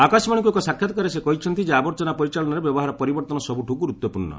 ଆକାଶବାଣୀକୁ ଏକ ସାକ୍ଷାତକାରରେ ସେ କହିଛନ୍ତି ଯେ ଆବର୍ଜନା ପରିଚାଳନାରେ ବ୍ୟବହାର ପରିବର୍ତ୍ତନ ସବୁଠୁ ଗୁରୁତ୍ୱପୂର୍ଣ୍ଣ